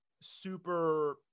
super